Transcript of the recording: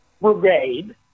Brigade